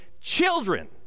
children